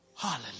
Hallelujah